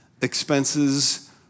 expenses